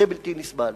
זה בלתי נסבל.